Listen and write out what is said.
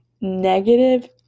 negative